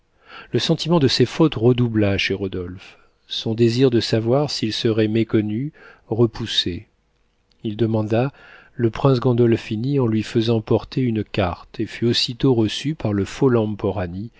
le sentiment de ses fautes redoubla chez rodolphe son désir de savoir s'il serait méconnu repoussé il demanda le prince gandolphini en lui faisant porter une carte et fut aussitôt reçu par le